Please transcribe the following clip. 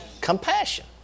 Compassion